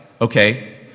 Okay